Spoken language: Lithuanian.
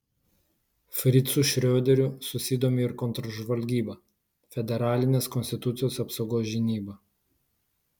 fricu šrioderiu susidomi ir kontržvalgyba federalinės konstitucijos apsaugos žinyba